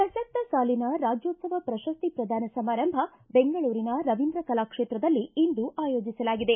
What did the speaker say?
ಪ್ರಸಕ್ತ ಸಾಲಿನ ರಾಜ್ಮೋತ್ಸವ ಪ್ರಶಸ್ತಿ ಪ್ರದಾನ ಸಮಾರಂಭ ಬೆಂಗಳೂರಿನ ರವೀಂದ್ರ ಕಲಾ ಕ್ಷೇತ್ರದಲ್ಲಿ ಇಂದು ಆಯೋಜಿಸಲಾಗಿದೆ